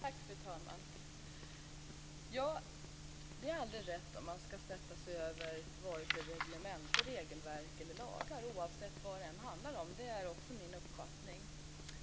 Fru talman! Det är aldrig rätt att sätta sig över reglementen, regelverk eller lagar, oavsett vad det än handlar om, det är också min uppfattning.